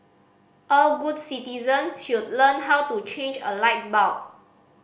all good citizens should learn how to change a light bulb